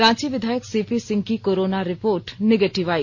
रांची विधायक सीपी सिंह की corona report negative आई